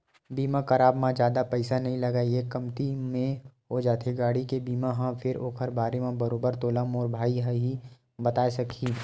बीमा कराब म जादा पइसा नइ लगय या कमती म हो जाथे गाड़ी के बीमा ह फेर ओखर बारे म बरोबर तोला मोर भाई ह ही बताय सकही